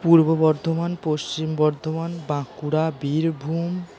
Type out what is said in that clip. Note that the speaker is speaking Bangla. পূর্ব বর্ধমান পশ্চিম বর্ধমান বাঁকুড়া বীরভূম